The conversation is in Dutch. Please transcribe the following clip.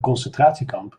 concentratiekamp